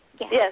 Yes